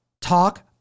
talk